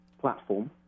platform